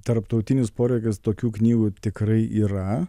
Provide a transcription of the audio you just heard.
tarptautinis poreikis tokių knygų tikrai yra